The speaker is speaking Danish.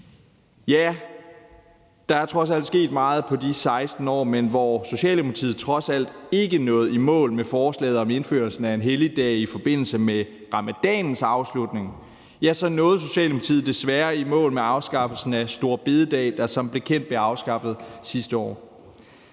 Ja, der er trods alt sket meget på de 16 år, men hvor Socialdemokratiet trods alt ikke nåede i mål med forslaget om indførelsen af en helligdag i forbindelse med ramadanens afslutning, nåede Socialdemokratiet desværre i mål med afskaffelsen af store bededag, der som bekendt blev afskaffet sidste år.